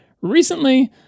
Recently